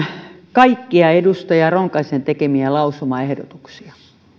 kaikkia edustaja ronkaisen tekemiä lausumaehdotuksia